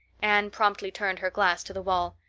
anne promptly turned her glass to the wall.